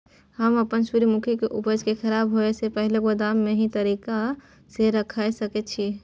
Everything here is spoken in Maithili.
हम अपन सूर्यमुखी के उपज के खराब होयसे पहिले गोदाम में के तरीका से रयख सके छी?